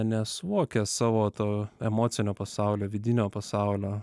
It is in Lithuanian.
nesuvokia savo to emocinio pasaulio vidinio pasaulio